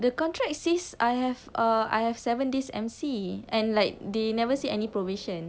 the contract says I have uh I have seven days M_C and like they never say any probation